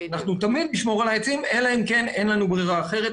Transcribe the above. אנחנו תמיד נשמור על העצים אלא אם כן אין לנו ברירה אחרת.